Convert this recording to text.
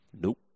Nope